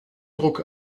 druck